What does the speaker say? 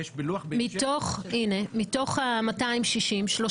מתוך ה-260,000,